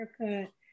haircut